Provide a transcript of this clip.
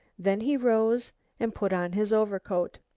then he rose and put on his overcoat.